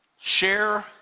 Share